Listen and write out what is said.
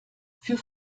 für